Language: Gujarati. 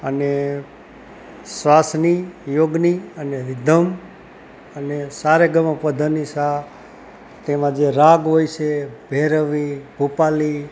અને શ્વાસની યોગની અને રિધમ અને સારેગમ પધનિસા તેમાં જે રાગ હોય છે ભૈરવી ભોપાલી